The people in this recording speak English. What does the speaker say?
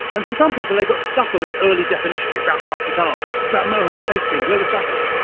and for some people they got stuck on this early definition it's about fast guitars, it's about mohawks, safety pins, leather jackets.